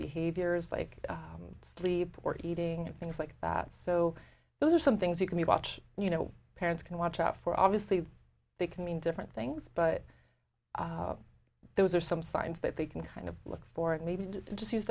behaviors like sleep or eating things like that so those are some things you can watch and you know parents can watch out for obviously they can mean different things but those are some signs that they can kind of look for and maybe just use